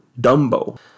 dumbo